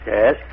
Yes